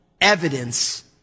evidence